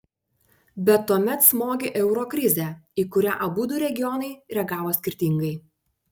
bet tuomet smogė euro krizė į kurią abudu regionai reagavo skirtingai